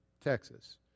Texas